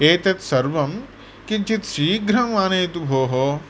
एतत् सर्वं किञ्चित् शीघ्रम् आनयतु भोः